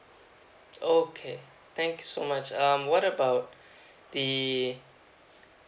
oh okay thanks so much um what about the